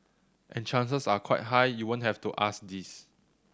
and chances are quite high you won't have to ask this